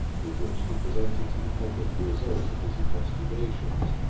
with which he presented to the public the result of his investigations,